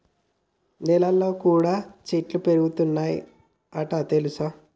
నెలల్లో కూడా చెట్లు పెరుగుతయ్ అంట తెల్సా